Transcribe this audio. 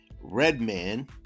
Redman